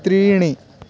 त्रीणि